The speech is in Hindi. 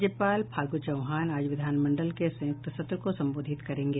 राज्यपाल फागू चौहान आज विधान मंडल के संयुक्त सत्र को संबोधित करेंगे